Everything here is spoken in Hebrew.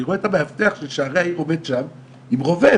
אני רואה את המאבטח של שערי העיר עומד שם עם רובה,